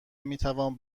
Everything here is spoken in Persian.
میتوان